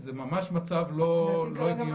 זה ממש מצב לא הגיוני.